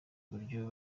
uburyo